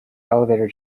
elevator